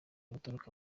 guturuka